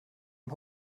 man